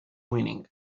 winning